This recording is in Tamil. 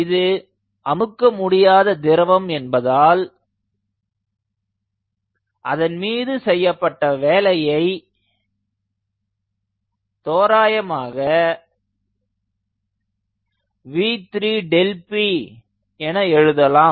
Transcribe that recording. இது அமுக்க முடியாத திரவம் என்பதால் அதன்மீது செய்யப்பட்ட வேலையை தோராயமாக v3 Δp என எழுதலாம்